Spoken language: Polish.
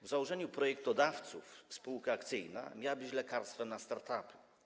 W założeniu projektodawców spółka akcyjna miała być lekarstwem na start-upy.